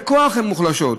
בכוח הן מוחלשות.